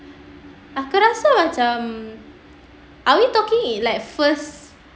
aku rasa macam are we talking in like first first